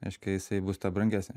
reiškia jisai bus ta brangesnė